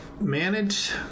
manage